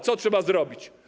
Co trzeba zrobić?